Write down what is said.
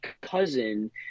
cousin